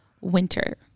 winter